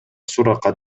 суракка